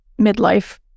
midlife